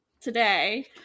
today